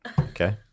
Okay